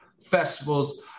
festivals